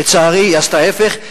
לצערי היא עשתה ההיפך,